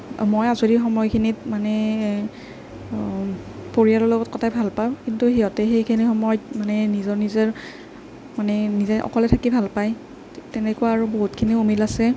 মই আজৰি সময়খিনিত মানে পৰিয়ালৰ লগত কটাই ভাল পাওঁ কিন্তু সিহঁতে সেইখিনি সময়ত মানে নিজৰ নিজৰ মানে নিজে অকলে থাকি ভাল পায় তেনেকুৱা আৰু বহুতখিনি অমিল আছে